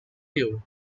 you